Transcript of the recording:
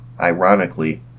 Ironically